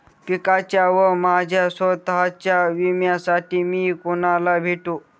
पिकाच्या व माझ्या स्वत:च्या विम्यासाठी मी कुणाला भेटू?